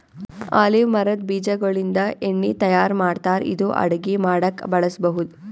olive ಮರದ್ ಬೀಜಾಗೋಳಿಂದ ಎಣ್ಣಿ ತಯಾರ್ ಮಾಡ್ತಾರ್ ಇದು ಅಡಗಿ ಮಾಡಕ್ಕ್ ಬಳಸ್ಬಹುದ್